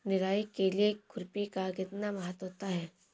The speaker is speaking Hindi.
निराई के लिए खुरपी का कितना महत्व होता है?